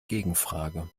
gegenfrage